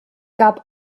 gab